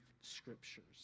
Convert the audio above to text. scriptures